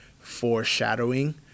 foreshadowing –